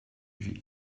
lui